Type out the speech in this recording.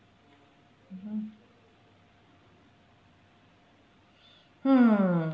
mmhmm mm